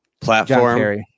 platform